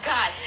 God